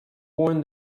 warn